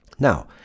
Now